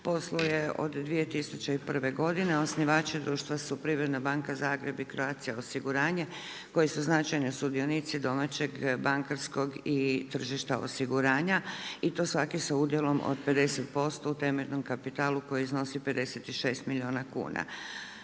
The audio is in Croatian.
posluje od 2001. godine. Osnivači društva su Privredna banka Zagreb i Croatia osiguranje koji su značajni sudionici domaćeg bankarskog i tržišta osiguranja i to svaki sa udjelom od 50% u temeljnom kapitalu koji iznosi 56 milijuna kuna.